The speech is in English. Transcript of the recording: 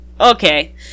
okay